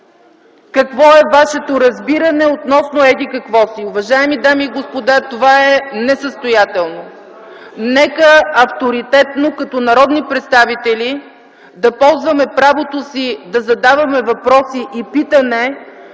какво е вашето разбиране относно еди-какво си. Уважаеми дами и господа, това е несъстоятелно. Нека авторитетно като народни представители да ползваме правото си да задаваме въпроси и питания